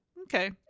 Okay